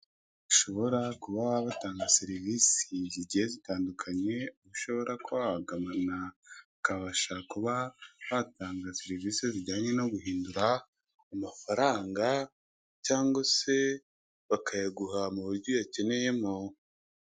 Ushobora kuba batanga serivisi zigiye zitandukanye aho ushobora kwagamana ukabasha kuba watanga serivisi zijyanye no guhindura amafaranga cyangwa se bakayaguha mu buryo uyakeneyemo.